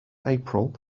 april